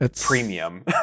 premium